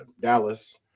Dallas